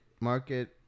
Market